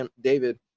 David